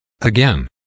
Again